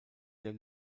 der